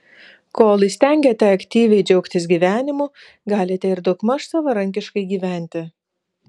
kol įstengiate aktyviai džiaugtis gyvenimu galite ir daugmaž savarankiškai gyventi